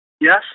Yes